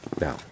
now